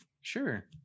Sure